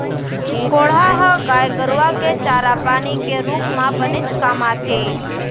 कोंढ़ा ह गाय गरूआ के चारा पानी के रूप म बनेच काम आथे